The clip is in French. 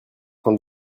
train